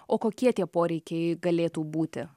o kokie tie poreikiai galėtų būti